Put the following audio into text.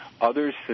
Others